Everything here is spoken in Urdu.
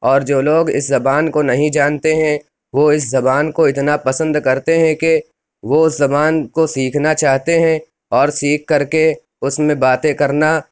اور جو لوگ اِس زبان کو نہیں جانتے ہیں وہ اِس زبان کو اتنا پسند کرتے ہیں کہ وہ اُس زبان کو سیکھنا چاہتے ہیں اور سیکھ کر کے اُس میں باتیں کرنا